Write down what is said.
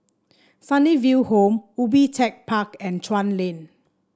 Sunnyville Home Ubi Tech Park and Chuan Lane